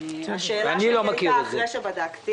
פטור ממס שבח במכירה ופטור גם ברכישה.